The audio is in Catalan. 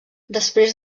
després